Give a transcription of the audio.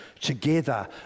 together